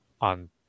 on